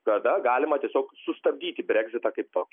kada galima tiesiog sustabdyti breksitą kaip tokį